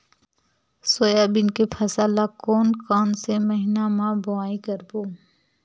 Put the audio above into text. Soybean के फसल ल कोन कौन से महीना म बोआई करबो?